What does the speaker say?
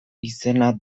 izena